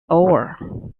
over